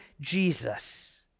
Jesus